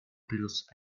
плюс